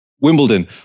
Wimbledon